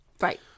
Right